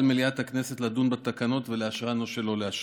על מליאת הכנסת לדון בתקנות ולאשרן או שלא לאשרן.